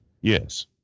Yes